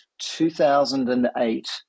2008